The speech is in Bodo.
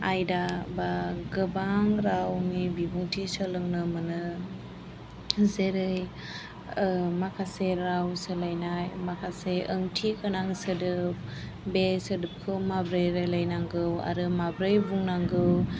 आयदा एबा गोबां रावनि बिबुंथि सोलोंनो मोनो जेरै माखासे राव सोलायनाय माखासे ओंथिगोनां सोदोब बे सोदोबखौ माबोरै रायज्लायनांगौ आरो माबोरै बुंनांगौ